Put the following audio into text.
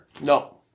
No